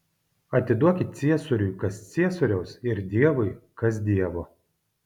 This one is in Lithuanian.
atiduokit ciesoriui kas ciesoriaus ir dievui kas dievo